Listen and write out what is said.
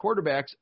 quarterbacks